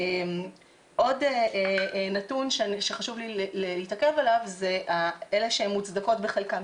עוד נתון שחשוב לי להתעכב עליו זה אלה שהן מוצדקות בחלקן.